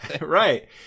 right